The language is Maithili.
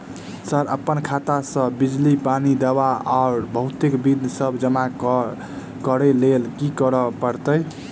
सर अप्पन खाता सऽ बिजली, पानि, दवा आ बहुते बिल सब जमा करऽ लैल की करऽ परतै?